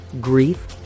grief